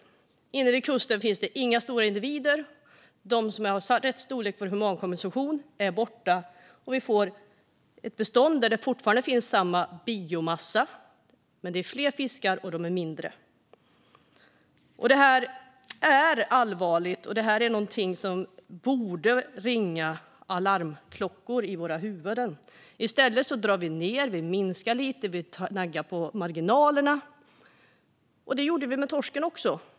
Inne vid kusten finns det inga stora individer. De som är av rätt storlek för humankonsumtion är borta, och vi får ett bestånd där biomassan fortfarande är densamma men fiskarna är fler och mindre. Det här är allvarligt och någonting som borde få larmklockor att ringa i våra huvuden. I stället drar vi ned, minskar lite, naggar på marginalerna - och det gjorde vi med torsken också.